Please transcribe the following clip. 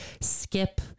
skip